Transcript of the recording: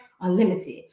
Unlimited